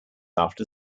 after